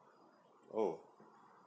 oh